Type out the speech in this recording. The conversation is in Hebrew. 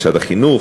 משרד החינוך,